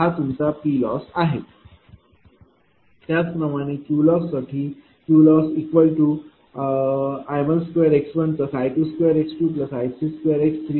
हा तुमचा PLoss आहे त्याचप्रमाणे QLoss साठी QLossI12x1I22x2I32x393